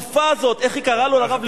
החצופה הזאת, איך היא קראה לו, לרב ליאור?